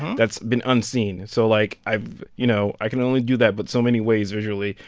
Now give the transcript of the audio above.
that's been unseen. so like, i've, you know, i can only do that but so many ways visually.